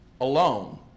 alone